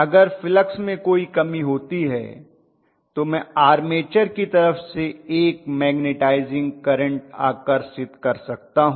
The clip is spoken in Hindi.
अगर फ्लक्स में कोई कमी होती है तो मैं आर्मेचर की तरफ से एक मैग्नेटाइजिंग करंट आकर्षित कर सकता हूं